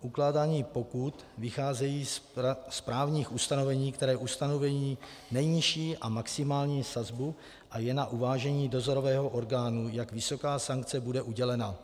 Ukládání pokut vychází z právních ustanovení, které ustanovují nejnižší a maximální sazbu, a je na uvážení dozorového orgánu, jak vysoká sankce bude udělena.